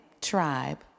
tribe